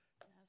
Yes